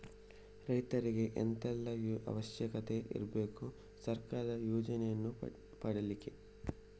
ರೈತರಿಗೆ ಎಂತ ಎಲ್ಲಾ ಅವಶ್ಯಕತೆ ಇರ್ಬೇಕು ಸರ್ಕಾರದ ಯೋಜನೆಯನ್ನು ಪಡೆಲಿಕ್ಕೆ?